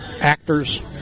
actors